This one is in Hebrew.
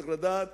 צריך לדעת,